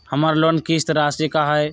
हमर लोन किस्त राशि का हई?